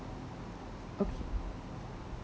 okay